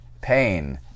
pain